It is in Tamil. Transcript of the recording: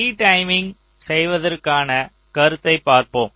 ரீடைமிங் செய்வதற்கான கருத்தை பார்ப்போம்